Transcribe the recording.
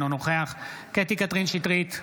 אינו נוכח קטי קטרין שטרית,